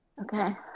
Okay